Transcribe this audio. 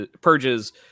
purges